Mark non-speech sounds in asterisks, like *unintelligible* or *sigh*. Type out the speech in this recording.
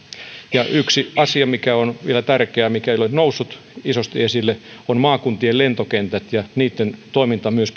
ja yksi asia mikä on vielä tärkeä mikä ei ole noussut isosti esille ovat maakuntien lentokentät ja niitten toiminta myös *unintelligible*